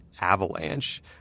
avalanche